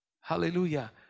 Hallelujah